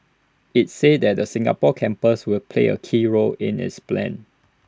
IT said that the Singapore campus will play A key role in its plan